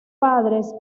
padres